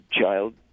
child